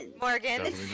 Morgan